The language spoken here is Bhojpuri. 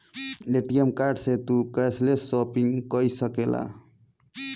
ए.टी.एम कार्ड से तू कैशलेस शॉपिंग कई सकेला